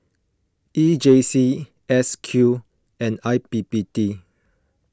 E J C S Q and I P P T